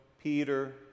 peter